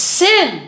sin